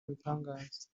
abitangaza